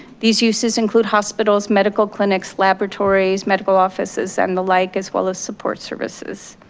these uses include hospitals, medical clinics, laboratories, medical offices, and the like as well as support services.